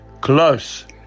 close